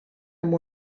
amb